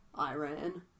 Iran